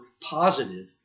positive